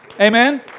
Amen